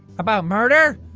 about murder?